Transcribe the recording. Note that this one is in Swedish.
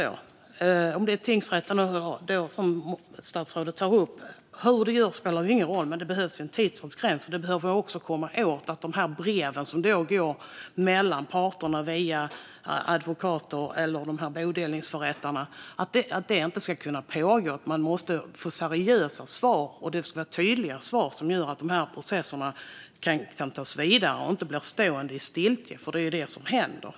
Statsrådet tar upp tingsrätten. Hur det görs spelar ingen roll, men det behövs en tidsgräns. Man behöver också komma åt problemet med breven som går mellan parterna via advokater eller bodelningsförrättare. Det ska inte kunna pågå. Man måste få seriösa svar, och det ska vara tydliga svar som gör att processerna kan tas vidare så att det inte blir stiltje. Det är nämligen det som händer.